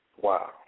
Wow